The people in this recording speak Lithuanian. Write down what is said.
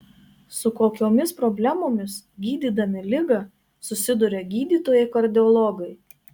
su kokiomis problemomis gydydami ligą susiduria gydytojai kardiologai